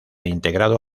integrado